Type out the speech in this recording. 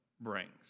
brings